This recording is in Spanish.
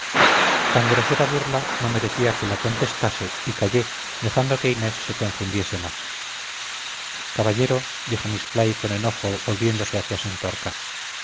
tan grosera burla no merecía que la contestase y callé dejando que inés se confundiese más caballero dijo miss fly con enojo volviéndose hacia